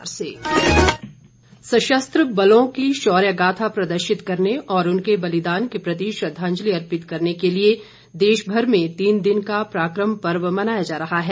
surgical strike सशस्त्र बलों की शौर्य गाथा प्रदर्शित करने और उनके बलिदान के प्रति श्रद्धांजलि अर्पित करने के लिए देशमर में तीन दिन का पराक्रम पर्व मनाया जा रहा है